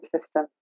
system